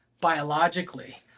biologically